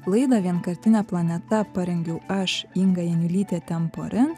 laidą vienkartinė planeta parengiau aš inga janiulytė temporin